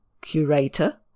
curator